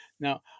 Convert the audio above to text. Now